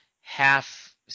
half